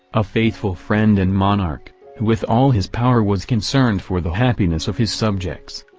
a faithful friend and monarch, who with all his power was concerned for the happiness of his subjects.